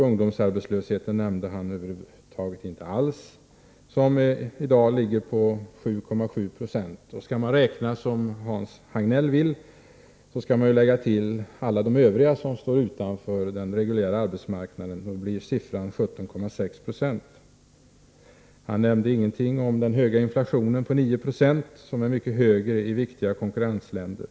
Ungdomsarbetslösheten, som i dag ligger på 7,7 Jo, nämnde han över huvud taget inte. Skall man räkna som Hans Hagnell vill, måste man ju lägga till alla de övriga som står utanför den reguljära arbetsmarknaden, och då blir siffran 17,6 26. Thage Peterson nämnde inte heller någonting om den höga inflationen på 9 26, som är mycket högre än inflationen i viktiga konkurrentländer.